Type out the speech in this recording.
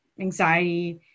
anxiety